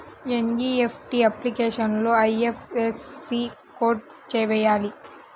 NEFT అప్లికేషన్లో IFSC code వేయాలా?